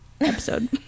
episode